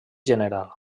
general